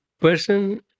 person